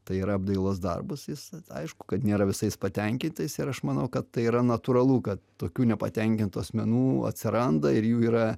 tai yra apdailos darbus jis aišku kad nėra visais patenkintais ir aš manau kad tai yra natūralu kad tokių nepatenkintų asmenų atsiranda ir jų yra